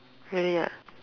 really ah